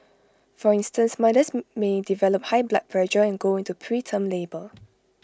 for instance mothers may develop high blood pressure and go into preterm labour